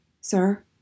sir